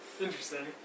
Interesting